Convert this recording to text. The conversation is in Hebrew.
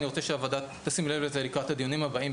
אני רוצה שהוועדה תשים לב לזה לקראת הדיונים הבאים,